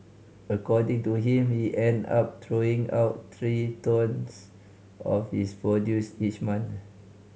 according to him he end up throwing out three tonnes of his produce each month